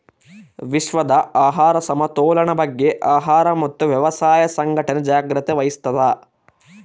ವಿಶ್ವದ ಆಹಾರ ಸಮತೋಲನ ಬಗ್ಗೆ ಆಹಾರ ಮತ್ತು ವ್ಯವಸಾಯ ಸಂಘಟನೆ ಜಾಗ್ರತೆ ವಹಿಸ್ತಾದ